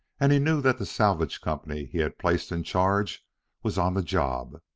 and he knew that the salvage company he had placed in charge was on the job.